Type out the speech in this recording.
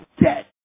dead